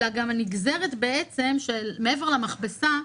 אלא גם הנגזרת של מעבר למכבסה,